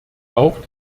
auch